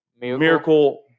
miracle